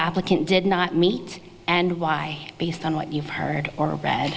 applicant did not meet and why based on what you've heard or